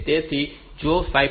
તેથી જો આ 5